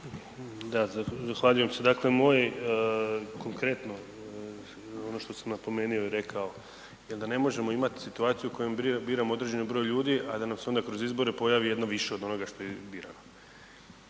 Zahvaljujem se. Dakle, moje konkretno ono što sam napomenuo i rekao je da ne možemo imat situaciju u kojoj biramo određeno broj ljudi a da nama se onda kroz izbore pojavi jedno više onoga što je birano.